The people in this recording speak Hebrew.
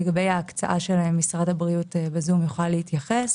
לגבי ההקצאה שלהם משרד הבריאות יוכל להתייחס.